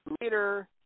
later